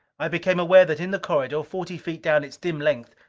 i became aware that in the corridor, forty feet down its dim length,